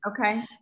okay